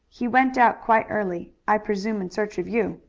he went out quite early, i presume in search of you.